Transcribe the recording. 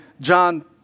John